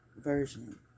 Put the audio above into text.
version